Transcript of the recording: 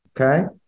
Okay